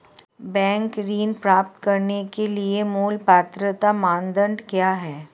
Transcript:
Bank ऋण प्राप्त करने के लिए मूल पात्रता मानदंड क्या हैं?